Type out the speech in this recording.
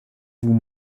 vous